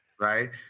Right